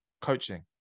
coaching